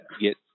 get